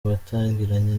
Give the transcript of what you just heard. batangiranye